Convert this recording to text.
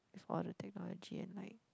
is for the technology and like